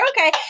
okay